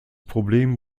problem